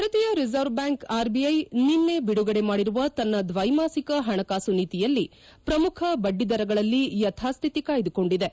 ಭಾರತೀಯ Reserve Bank RBI ನಿನ್ನೆ ಬಿಡಗಡೆ ಮಾಡಿರುವ ತನ್ನ ದ್ವೈಮಾಸಿಕ ಹಣಕಾಸು ನೀತಿಯಲ್ಲಿ ಪ್ರಮುಖ ಬಡ್ಲಿದರಗಳಲ್ಲಿ ಯಥಾಸ್ತಿತಿ ಕಾಯ್ಲುಕೊಂಡಿದೆ